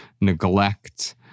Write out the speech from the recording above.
neglect